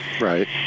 Right